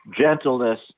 gentleness